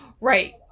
Right